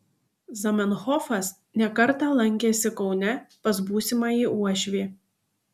zamenhofas ne kartą lankėsi kaune pas būsimąjį uošvį